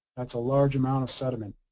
that's a large amount of sediment.